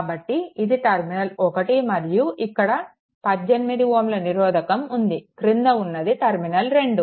కాబట్టి ఇది టర్మినల్ 1 మరియు ఇక్కడ 18Ω నిరోధకం ఉంది క్రింద ఉన్నది టర్మినల్ 2